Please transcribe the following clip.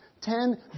Ten